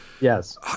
Yes